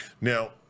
now